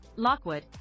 Lockwood